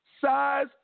size